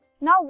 Now